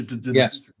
yes